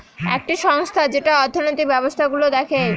একটি সংস্থা যেটা অর্থনৈতিক ব্যবস্থা গুলো দেখে